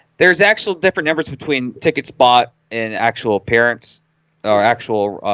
there's actual different numbers between tickets bought and actual parents are actual,